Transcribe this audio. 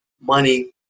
Money